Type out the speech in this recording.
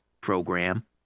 program